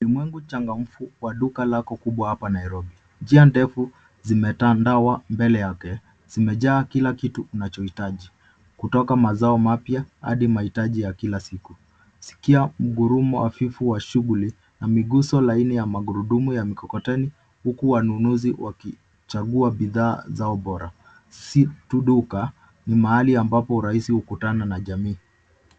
Mwenye duka lako kubwa hapa, kimejaa bidhaa mbalimbali. Kila kitu kinachohitajika kipo, kutoka mazao safi hadi bidhaa za kila siku. Mgurumo wa mikokoteni unasikika kwa urahisi, huku eneo likiwa safi na la mpangilio. Ni mahali pazuri kwa jamii kukutana na kufurahia huduma bora.